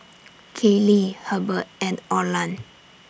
Kayli Hebert and Olan